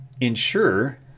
ensure